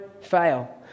fail